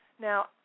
Now